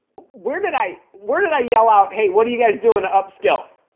where did i where did i yell out hey what are you guys doing up skill